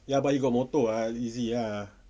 ya but he got motor [what] easy ah